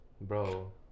Bro